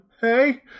hey